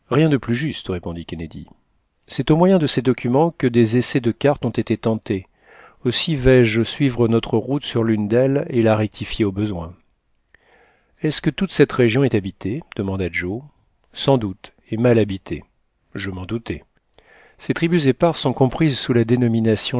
rien de plus juste répondit kennedy c'est au moyen de ces documents que des essais de cartes ont été tentés aussi vais-je suivre notre route sur l'une d'elles et la rectifier au besoin est-ce que toute cette région est habitée demanda joe sans doute et mal habitée je m'en doutais ces tribus éparses sont comprises sous la dénomination